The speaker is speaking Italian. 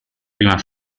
prima